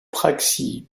praxi